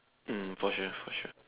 mm for sure for sure